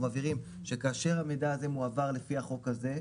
אנחנו מבהירים שכאשר המידע הזה מועבר לפי החוק הזה,